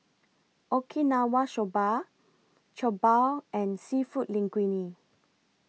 Okinawa Soba Jokbal and Seafood Linguine